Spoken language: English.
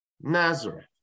Nazareth